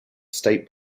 state